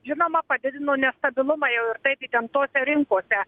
žinoma padidino nestabilumą jau ir taip įtemptose rinkose